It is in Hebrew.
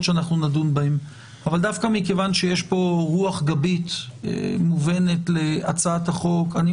שדווקא מכיוון שיש פה רוח גבית להצעת החוק,